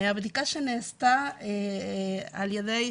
מהבדיקה שנעשתה על ידי